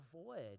avoid